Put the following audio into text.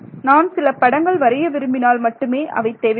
நான் சில படங்கள் வரைய விரும்பினால் மட்டுமே அவை தேவைப்படும்